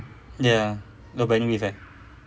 ya nobody use eh